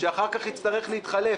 שאחר כך יצטרך להתחלף.